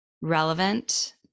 relevant